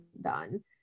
done